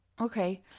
Okay